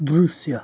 દૃશ્ય